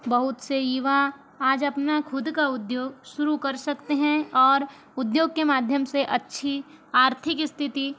बहुत से युवा आज अपना खुद का उद्योग शुरू कर सकते हैं और उद्योग के माध्यम से अच्छी आर्थिक स्थति